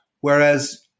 Whereas